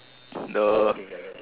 the